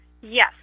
Yes